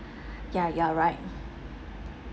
ya ya right